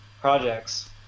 projects